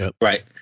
Right